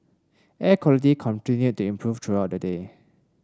air quality continued to improve throughout the day